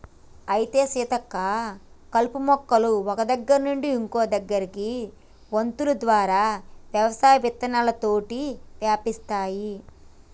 అయితే సీతక్క కలుపు మొక్కలు ఒక్క దగ్గర నుండి ఇంకో దగ్గరకి వొంతులు ద్వారా వ్యవసాయం విత్తనాలతోటి వ్యాపిస్తాయి